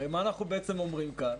הרי מה אנחנו בעצם אומרים כאן?